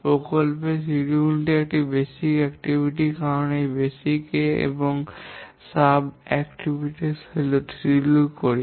প্রকল্পের সিডিউল একটি মৌলিক কার্যকলাপ কারণ আমরা একটি মৌলিক এবং এর উপ কার্যক্রম সময়সূচী করি